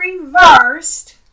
reversed